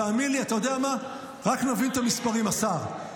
תאמין לי, אתה יודע מה, רק נבין את המספרים, השר.